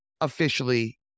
officially